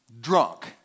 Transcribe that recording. Drunk